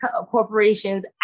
corporations